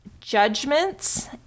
judgments